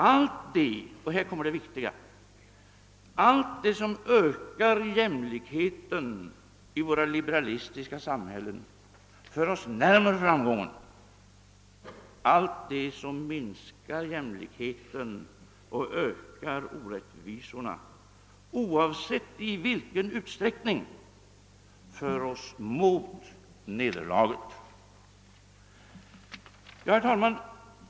Allt det> — och här kommer det viktiga — »som ökar jämlikheten i våra liberalistiska samhällen för oss närmare framgången, allt det som minskar jämlikheten och ökar orättvisorna — oavsett i vilken utsträckning — för oss mot nederlaget.» Herr talman!